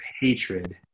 hatred